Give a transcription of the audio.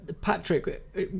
Patrick